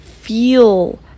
feel